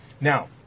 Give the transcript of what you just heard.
now